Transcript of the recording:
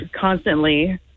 constantly